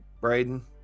Braden